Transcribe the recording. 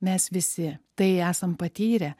mes visi tai esam patyrę